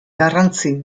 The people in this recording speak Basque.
garrantzi